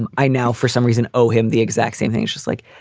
and i now for some reason owe him the exact same thing. she's like.